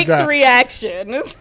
reaction